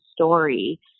story